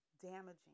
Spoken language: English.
damaging